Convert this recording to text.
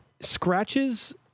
scratches